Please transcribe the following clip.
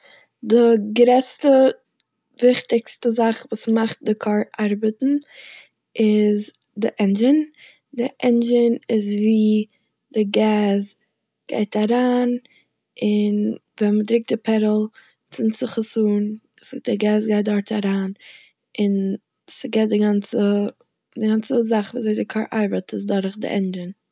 די גרעסטע וויכטיגסטע זאך וואס מאכט די קאר ארבעטן איז די ענדשין, די ענדשין איז ווי די געז גייט אריין און ווען מ'דרוקט די פעדל צינד זיך עס אן די געז גייט דארט אריין און ס'געבט די גאנצע- די גאנצע זאך ווי אזוי די קאר ארבעט איז דורך די ענדשין.